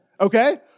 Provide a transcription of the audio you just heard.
okay